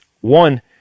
one